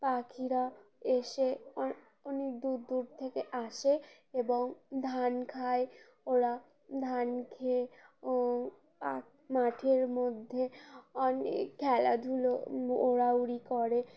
পাখিরা এসে অনেক দূর দূর থেকে আসে এবং ধান খায় ওরা ধান খেয়ে ও পা মাঠের মধ্যে অনেক খেলাধুলো ওড়াউড়ি করে